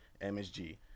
MSG